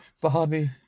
Barney